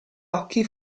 occhi